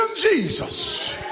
Jesus